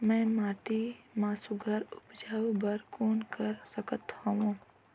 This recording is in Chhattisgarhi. मैं माटी मा सुघ्घर उपजाऊ बर कौन कर सकत हवो?